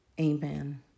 Amen